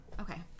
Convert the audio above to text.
Okay